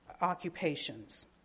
occupations